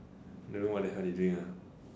don't know what the hell they doing lah